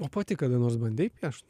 o pati kada nors bandei piešt